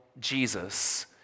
Jesus